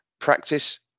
practice